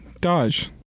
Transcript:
Dodge